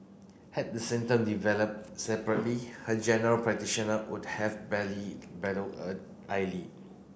had the symptom developed separately her general practitioner would have barely battle a eyelid